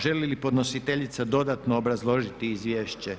Želi li podnositeljica dodatno obrazložiti izvješće?